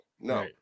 no